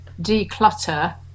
declutter